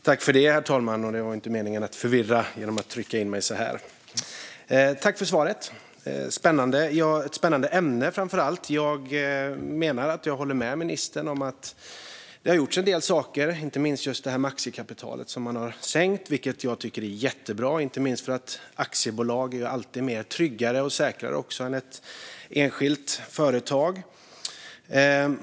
Herr talman! Tack för svaret, ministern! Det är ett spännande ämne. Jag håller med ministern om att det har gjorts en del saker, till exempel sänkt aktiekapital vilket jag tycker är jättebra, inte minst för att aktiebolag alltid är tryggare och säkrare än ett enskilt företag.